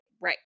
Right